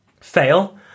Fail